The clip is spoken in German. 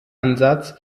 ansatz